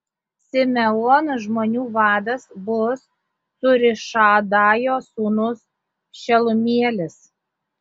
simeono žmonių vadas bus cūrišadajo sūnus šelumielis